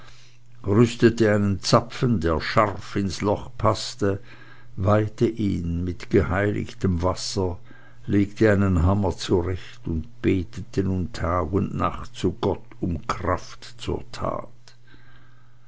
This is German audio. rüstete einen zapfen der scharf ins loch paßte weihte ihn mit geheiligtem wasser legte einen hammer zurecht und betete nun tag und nacht zu gott um kraft zur tat